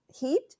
heat